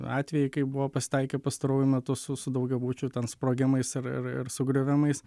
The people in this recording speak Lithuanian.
atvejai kai buvo pasitaikę pastaruoju metu su su daugiabučių ten sprogimais ir ir sugriovimais